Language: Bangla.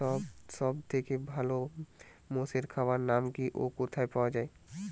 সব থেকে ভালো মোষের খাবার নাম কি ও কোথায় পাওয়া যায়?